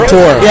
Tour